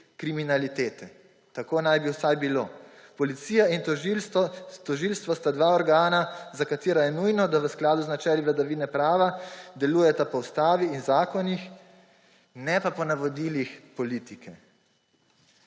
kriminalitete. Tako naj bi vsaj bilo. Policija in tožilstvo sta dva organa, za katera je nujno, da v skladu z načeli vladavine prava delujeta po ustavi in zakonih, ne pa po navodilih politike,